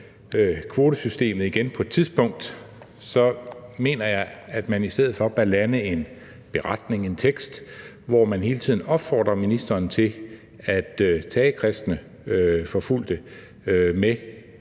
kvoteflygtningesystemet, mener jeg, at man i stedet for bør lande en beretning, en tekst, hvor man opfordrer ministeren til hele tiden at tage kristne forfulgte med